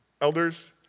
Elders